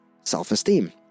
self-esteem